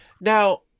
Now